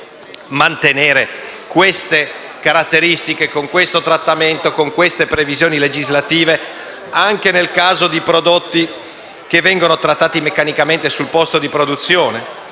si possano mantenere queste caratteristiche con questo trattamento e con queste previsioni legislative anche nel caso di prodotti che vengono trattati meccanicamente sul posto di produzione?